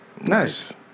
nice